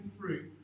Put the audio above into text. fruit